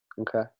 okay